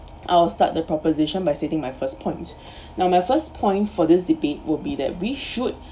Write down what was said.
I'll start the proposition by sitting my first points now my first point for this debate will be that we should